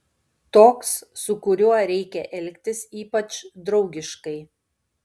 toks su kuriuo reikia elgtis ypač draugiškai